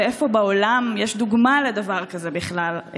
ואיפה בעולם יש דוגמה לדבר כזה בכלל,